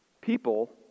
People